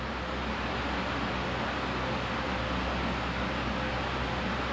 I think you know I think I can like kumpul then like buy